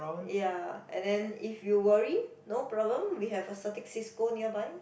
ya and then if you worry no problem we have a Certis Cisco nearby